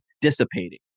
dissipating